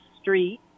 street